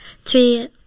three